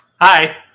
Hi